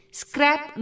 scrap